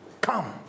Come